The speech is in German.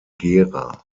gera